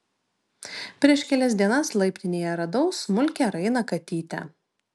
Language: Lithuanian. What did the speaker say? prieš kelias dienas laiptinėje radau smulkią rainą katytę